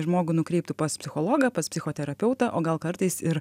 žmogų nukreiptų pas psichologą pas psichoterapeutą o gal kartais ir